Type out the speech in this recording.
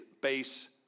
base